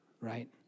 right